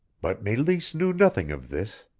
but meleese knew nothing of this.